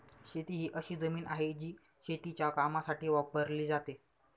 शेती ही अशी जमीन आहे, जी शेतीच्या कामासाठी वापरली जाते